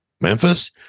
Memphis